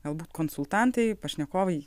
galbūt konsultantai pašnekovai